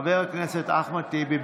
מס' 1174. חבר הכנסת אחמד טיבי,